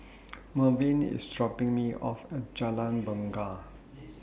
Marvin IS dropping Me off At Jalan Bungar